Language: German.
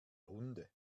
hunde